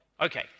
Okay